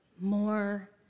more